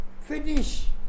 finish